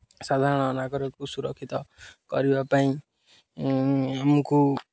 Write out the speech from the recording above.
ସାଧାରଣ ନାଗରିକକୁ ସୁରକ୍ଷିତ କରିବା ପାଇଁ ଆମକୁ